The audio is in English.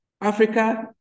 Africa